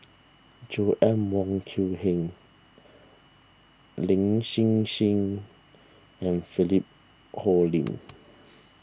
Joanna Wong Quee Heng Lin Hsin Hsin and Philip Hoalim